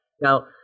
Now